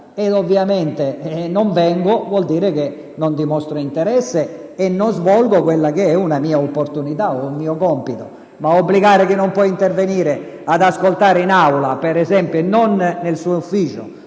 e parlare. Se non vengo, vuol dire che non dimostro interesse e non svolgo quella che è una mia opportunità e un mio compito. Tuttavia, obbligare chi non può intervenire ad ascoltare in Aula e non nel suo ufficio,